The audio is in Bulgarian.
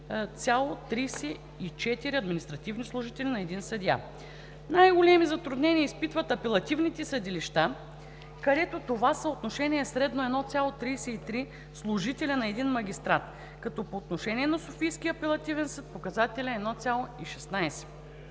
2,34 административни служители на един съдия. Най-големи затруднения изпитват апелативните съдилища, където това съотношение е средно 1,33 служители на един магистрат, като по отношение на Софийския апелативен съд показателят е 1,16,